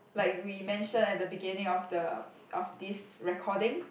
like we mention at the beginning of the of this recording